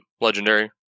legendary